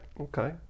okay